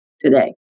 today